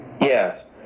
Yes